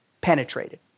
penetrated